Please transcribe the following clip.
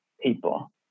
people